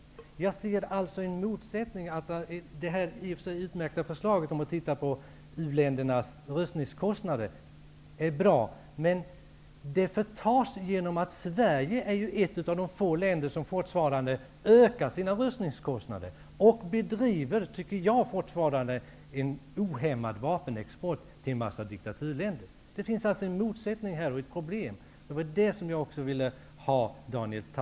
Jag ser här en motsättning. Det är i och för sig ett utmärkt förslag att man skall titta på u-ländernas rustningskostnader. Men detta förtas genom att Sverige är ett av de få länder som fortfarande ökar sina rustningskostnader. Enligt min mening bedriver Sverige alltjämt en ohämmad vapenexport till en mängd diktaturländer. Det finns här en motsättning och ett problem. Jag vill få Daniel Tarschys syn på detta.